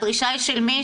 הדרישה היא של מי?